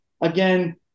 again